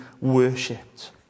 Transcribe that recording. worshipped